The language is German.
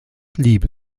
liebe